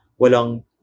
walang